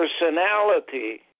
personality